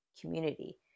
community